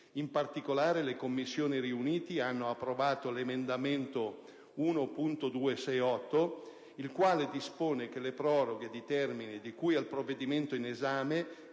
in particolare le Commissioni riunite hanno approvato l'emendamento 1.268 (testo 3), il quale dispone che le proroghe di termini di cui al provvedimento in esame